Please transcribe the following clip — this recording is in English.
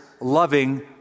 loving